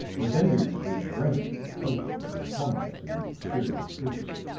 the vendors grew frantic and eloquent in their combats with these experienced purchasers